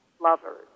lovers